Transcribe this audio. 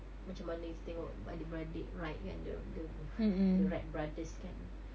macam mana kita tengok adik-beradik wright kan the the the wright brothers kan